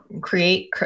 Create